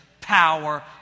power